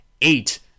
eight